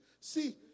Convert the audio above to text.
See